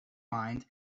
mind